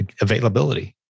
availability